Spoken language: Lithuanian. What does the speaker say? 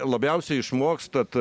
labiausiai išmokstat